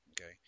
okay